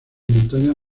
montaña